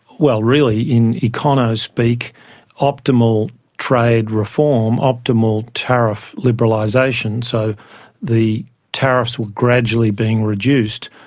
well, really in econo-speak, optimal trade reform, optimal tariff liberalisation. so the tariffs were gradually being reduced,